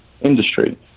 industry